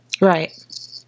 right